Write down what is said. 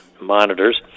monitors